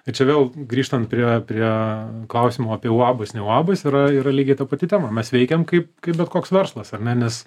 ir čia vėl grįžtant prie prie klausimo apie uabas ne uabas yra yra lygiai ta pati tema mes veikiam kaip kaip bet koks verslas ar ne nes